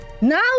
now